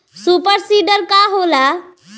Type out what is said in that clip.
Super seeder का होला?